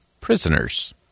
prisoners